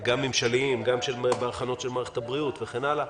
גם ממשליים, גם בהכנות של מערכת הבריאות וכן הלאה.